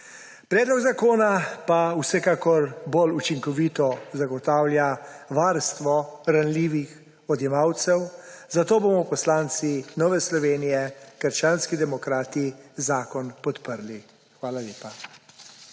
Predlog zakona pa vsekakor bolj učinkovito zagotavlja varstvo ranljivih odjemalcev, zato bomo poslanci Nove Slovenije – krščanskih demokratov zakon podprli. Hvala lepa.